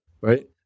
right